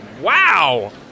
Wow